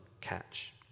catch